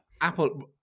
Apple